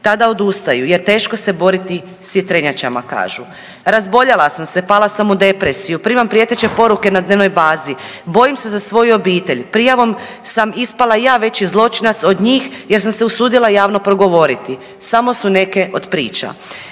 Tada odustaju jer teško se boriti s vjetrenjačama kažu. Razboljela sam se, pala sam u depresiju, primam prijeteće poruke na dnevnoj bazi, bojim se za svoju obitelj, prijavom sam ispala ja veći zločinac od njih jer sam se usudila javno progovoriti, samo su neke od priča.